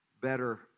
better